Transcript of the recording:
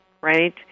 right